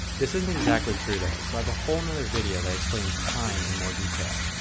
this isn't exactly true though, so i have whole another video that explains time in more detail.